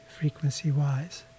frequency-wise